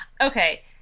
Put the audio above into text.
Okay